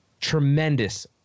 tremendous